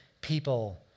people